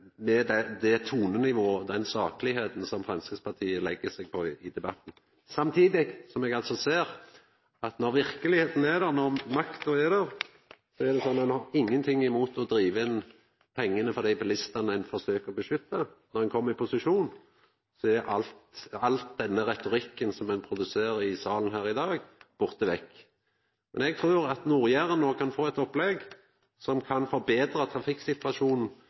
det tonenivået og den saklegheita som Framstegspartiet legg seg på i debatten. Samtidig ser eg at når verkelegheita er der, når makta er der, har ein ingenting imot å driva inn pengane frå dei bilistane ein prøver å beskytta. Når ein kjem i posisjon, er all denne retorikken som ein produserer i salen her i dag, borte vekk. Eg trur at Nord-Jæren no kan få eit opplegg som kan forbetra trafikksituasjonen